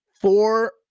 Four